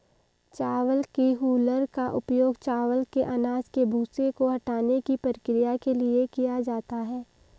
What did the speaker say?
चावल की हूलर का उपयोग चावल के अनाज के भूसे को हटाने की प्रक्रिया के लिए किया जाता है